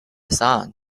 son